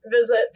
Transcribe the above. visit